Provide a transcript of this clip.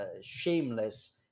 shameless